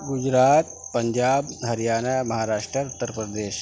Gujarat Punjab Haryana Maharashtra Uttar Pradesh